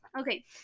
Okay